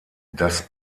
das